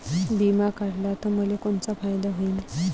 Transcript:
बिमा काढला त मले कोनचा फायदा होईन?